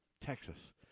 Texas